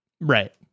right